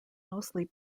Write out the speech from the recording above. mostly